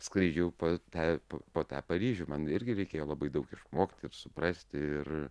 skraidžiau tą po po tą paryžių man irgi reikėjo labai daug išmokti ir suprasti ir